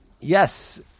Yes